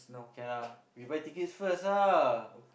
can ah we buy tickets first lah